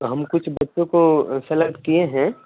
हम कुछ बच्चों को सेलेक्ट कीये है